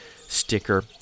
sticker